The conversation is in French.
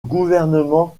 gouvernement